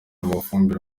amafumbire